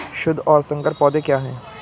शुद्ध और संकर पौधे क्या हैं?